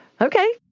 Okay